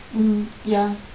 mm ya